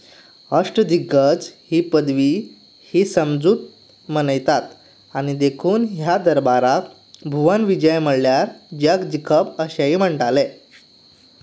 अष्टदिग्गज ही पदवी ही समजूत मनयतात आनी देखून ह्या दरबाराक भुवन विजय म्हळ्यार जग जिखप अशेंय म्हण्टाले